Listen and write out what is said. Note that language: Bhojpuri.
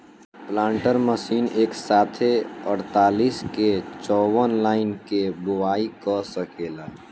प्लांटर मशीन एक साथे अड़तालीस से चौवन लाइन के बोआई क सकेला